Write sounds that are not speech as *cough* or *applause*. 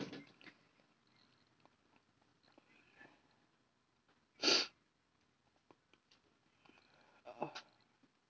*noise*